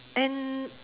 and